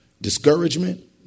discouragement